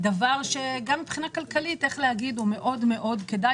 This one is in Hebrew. דבר שגם מבחינה כלכלית מאוד מאוד כדאי,